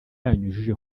yanyujije